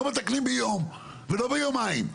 לא מתנים ביום ולא ביומיים.